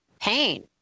pain